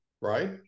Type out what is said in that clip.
right